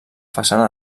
façana